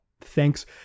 Thanks